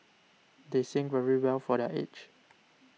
they sing very well for their age